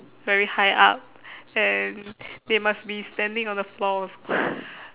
very high up and they must be standing on the floor also